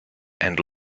and